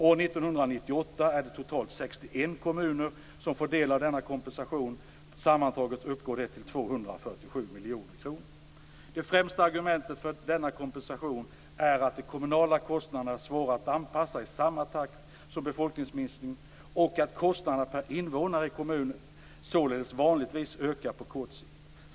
År 1998 är det totalt 61 kommuner som får del av denna kompensation, som sammantaget uppgår till 247 miljoner kronor. Det främsta argumentet för denna kompensation är att de kommunala kostnaderna är svåra att anpassa i samma takt som befolkningsminskningen och att kostnaderna per invånare i kommunen således vanligtvis ökar på kort sikt.